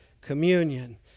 communion